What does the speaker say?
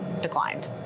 declined